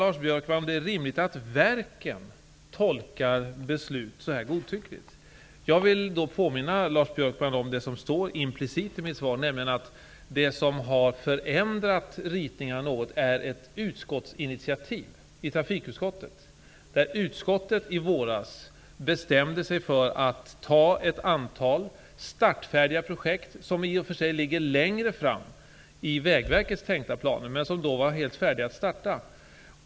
Lars Björkman frågar om det är rimligt att verken tolkar beslut så här godtyckligt. Jag vill påminna Lars Björkman om det jag säger implicit i mitt svar. Det som har förändrat ritningarna något är ett utskottsinitiativ i trafikutskottet. Utskottet bestämde sig i våras för att sätta i gång ett antal startfärdiga projekt, vilka i och för sig ligger längre fram i Vägverkets tänkta planer, men som då var helt färdiga att starta.